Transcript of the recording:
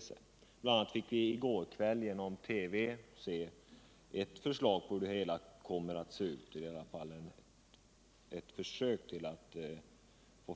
Vi fick bl.a. i TV i går kväll se hur framtiden kommer att se ut — eller i varje fall ett försök att skissera